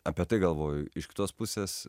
apie tai galvoju iš kitos pusės